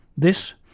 this,